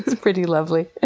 pretty lovely.